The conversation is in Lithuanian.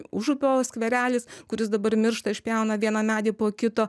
užupio skverelis kuris dabar miršta išpjauna vieną medį po kito